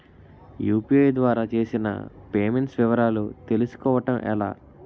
UPI ద్వారా చేసిన payments వివరాలు తెలుసుకోవటం ఎలా?